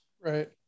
Right